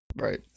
Right